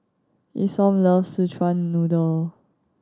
Isom loves Szechuan Noodle